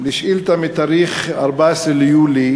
שאילתה מתאריך 17 ביולי